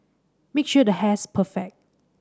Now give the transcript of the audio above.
make sure the hair's perfect